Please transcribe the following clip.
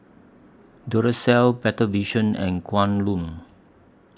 Duracell Better Vision and Kwan Loong